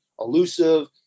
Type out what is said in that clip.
elusive